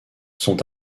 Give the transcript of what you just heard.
sont